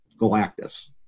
Galactus